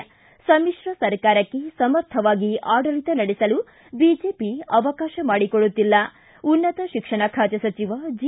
ಿ ಸಮಿತ್ರ ಸರ್ಕಾರಕ್ಷೆ ಸಮರ್ಥವಾಗಿ ಆಡಳಿತ ನಡೆಸಲು ಬಿಜೆಪಿ ಅವಕಾಶ ಮಾಡಿ ಕೊಡುತ್ತಿಲ್ಲ ಉನ್ನತ ಶಿಕ್ಷಣ ಖಾತೆ ಸಚಿವ ಜಿ